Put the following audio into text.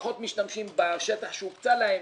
פחות משתמשים בשטח שהוקצה להם,